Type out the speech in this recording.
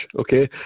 okay